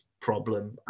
problem